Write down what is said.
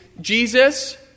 Jesus